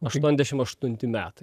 aštuondešim aštunti metai